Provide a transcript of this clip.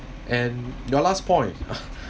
and your last point